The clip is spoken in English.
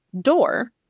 door